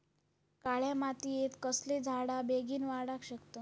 काळ्या मातयेत कसले झाडा बेगीन वाडाक शकतत?